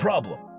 Problem